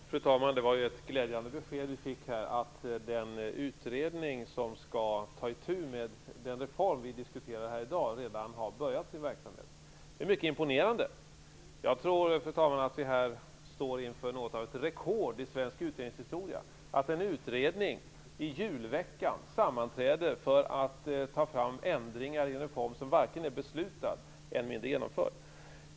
Fru talman! Det var ju ett glädjande besked att den utredning som skall ta itu med den reform som vi diskuterar här i dag redan har börjat med sin verksamhet. Det är mycket imponerande. Jag tror, fru talman, att vi står inför något av ett rekord i svensk utredningshistoria, att en utredning sammanträder i julveckan för att ta fram ändringar i en reform som varken är beslutad eller än mindre genomförd.